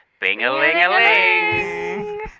Bing-a-ling-a-ling